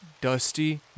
Dusty